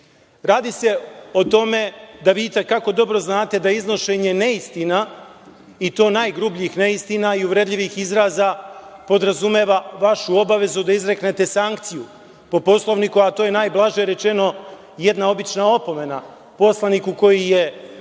se o tome da vi itekako dobro znate da iznošenje neistina i to najgrubljih neistina i uvredljivih izraza podrazumeva vašu obavezu da izreknete sankciju po Poslovniku, a to je najblaže rečeno, jedna obična opomena poslaniku koji je